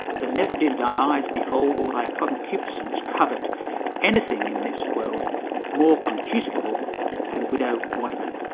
for never did thy eyes behold or thy concupiscence covet anything in this world more concupiscible than widow wadman.